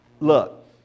Look